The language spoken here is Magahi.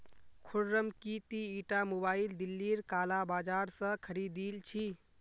खुर्रम की ती ईटा मोबाइल दिल्लीर काला बाजार स खरीदिल छि